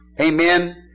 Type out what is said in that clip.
amen